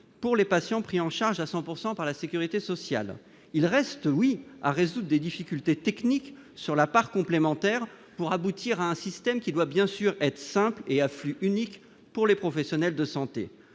pour les patients pris en charge à 100 pourcent par par la Sécurité sociale, il reste oui à résoudre des difficultés techniques sur la part complémentaire pour aboutir à un système qui doit bien sûr être simple et affluent unique pour les professionnels de santé,